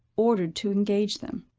ordered to engage them.